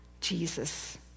Jesus